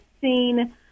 seen